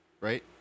right